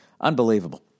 Unbelievable